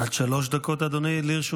עד שלוש דקות לרשותך,